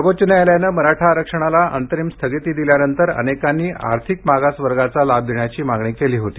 सर्वोच्च न्यायालयानं मराठा आरक्षणाला अंतरिम स्थगिती दिल्यानंतर अनेकांनी आर्थिक मागासवर्गाचा लाभ देण्याची मागणी केली होती